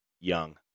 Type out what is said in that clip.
young